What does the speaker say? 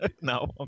No